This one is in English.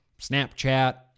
Snapchat